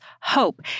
hope